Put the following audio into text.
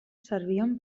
servien